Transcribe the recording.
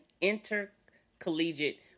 intercollegiate